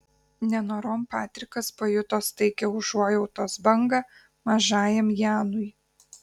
nenorom patrikas pajuto staigią užuojautos bangą mažajam janui